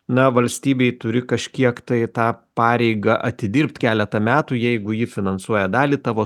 na valstybei turi kažkiek tai tą pareigą atidirbt keletą metų jeigu ji finansuoja dalį tavo